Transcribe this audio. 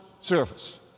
service